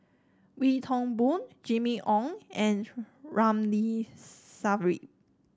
Wee Toon Boon Jimmy Ong and Ramli Sarip